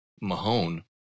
Mahone